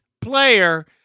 player